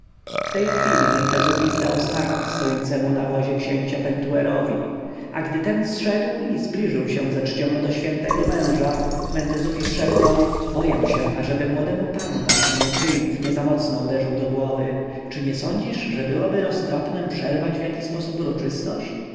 w tej chwili mentezufis dał znak stojącemu na wozie księcia pentuerowi a gdy ten zeszedł i zbliżył się ze czcią do świętego męża mentezufis szepnął boję się ażeby młodemu panu naszemu triumf nie za mocno uderzył do głowy czy nie sądzisz że byłoby roztropnem przerwać w jaki sposób uroczystość